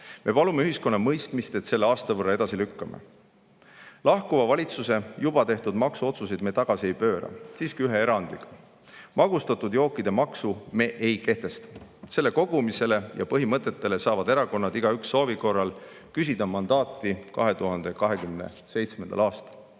Me palume ühiskonna mõistmist, et selle aasta võrra edasi lükkame. Lahkuva valitsuse juba tehtud maksuotsuseid me tagasi ei pööra. Siiski ühe erandiga: magustatud jookide maksu me ei kehtesta. Selle kogumisele ja põhimõtetele saavad erakonnad soovi korral küsida mandaati 2027. aastal.